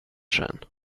sen